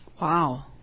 Wow